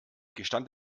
gestand